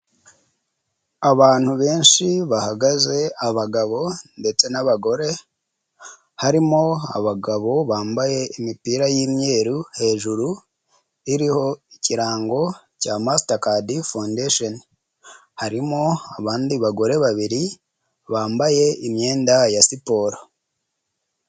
Abantu benshi bahagaze abagabo ndetse n'abagore, harimo abagabo bambaye imipira y'imyeru hejuru iriho ikirango cya masitakdi fawundasheni, harimo abandi bagore babiri bambaye imyenda ya siporo.